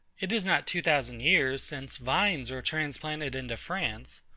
it is not two thousand years since vines were transplanted into france,